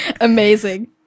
Amazing